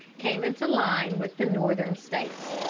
came into line with the northern states.